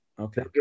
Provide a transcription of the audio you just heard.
Okay